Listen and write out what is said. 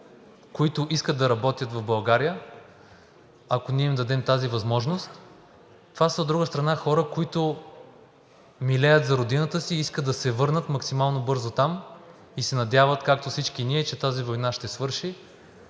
които искат да работят в България, ако ние им дадем тази възможност. Това са, от друга страна, хора, които милеят за родината си и искат да се върнат максимално бързо там, и се надяват, както всички ние, че тази война ще свърши